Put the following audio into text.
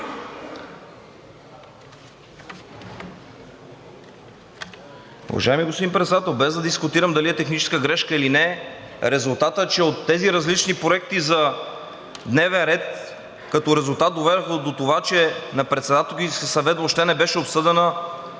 Уважаеми господин Председател, без да дискутирам дали е техническа грешка, или не е, резултатът е, че тези различни проекти за дневен ред като резултат доведоха до това, че на Председателски съвет въобще не беше обсъдена